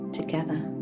together